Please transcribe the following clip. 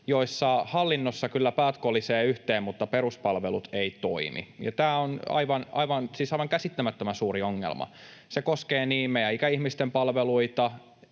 joissa hallinnossa kyllä päät kolisevat yhteen mutta peruspalvelut eivät toimi. Ja tämä on siis aivan käsittämättömän suuri ongelma. Se koskee niin meidän ikäihmisten palveluita